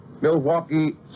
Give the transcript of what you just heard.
Milwaukee